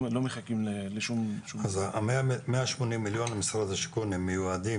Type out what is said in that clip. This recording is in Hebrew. לא מחכים לשום --- אז מאה שמונים מיליון ממשרד השיכון מיועדים